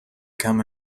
come